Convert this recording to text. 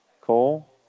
Cole